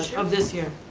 of this year?